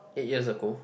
eight years ago